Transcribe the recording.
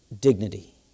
dignity